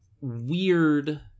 weird